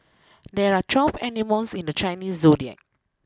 there are twelve animals in the Chinese Zodiac